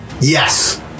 Yes